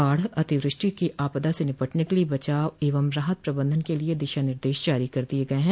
बाढ़ अतिवृष्टि की आपदा से निपटने के लिए बचाव एवं राहत प्रबंधन के लिए दिशा निर्देश जारी कर दिये गय हैं